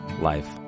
life